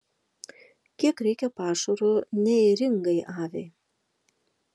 kiek reikia pašaro neėringai aviai